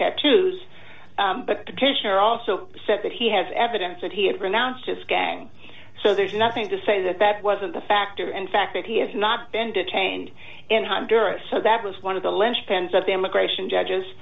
tattoos but petitioner also said that he has evidence that he had renounced just gang so there's nothing to say that that wasn't the factor in fact that he has not been detained in honduras so that was one of the lynchpins of the immigration judges